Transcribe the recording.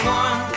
one